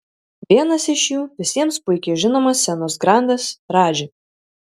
vienas iš jų visiems puikiai žinomas scenos grandas radži